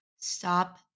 Stop